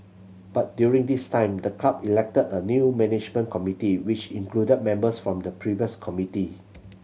but during this time the club elected a new management committee which included members from the previous committee